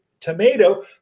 tomato